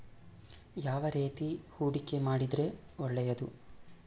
ಯಾವ ರೇತಿ ಹೂಡಿಕೆ ಮಾಡಿದ್ರೆ ಒಳ್ಳೆಯದು?